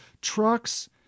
Trucks